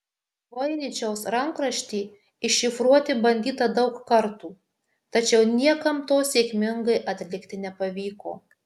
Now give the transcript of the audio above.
voiničiaus rankraštį iššifruoti bandyta daug kartų tačiau niekam to sėkmingai atlikti nepavyko